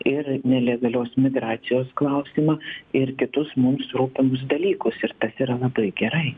ir nelegalios migracijos klausimą ir kitus mums rūpimus dalykus ir tas yra labai gerai